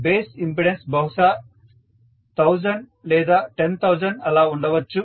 base impedance బహుశా 1000 లేదా 10000 అలా ఉండవచ్చు